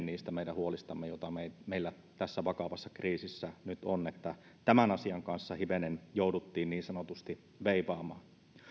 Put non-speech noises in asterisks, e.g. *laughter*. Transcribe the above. *unintelligible* niistä meidän huolistamme joita meillä tässä vakavassa kriisissä nyt on että tämän asian kanssa hivenen jouduttiin niin sanotusti veivaamaan